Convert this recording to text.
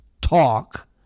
talk